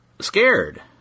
scared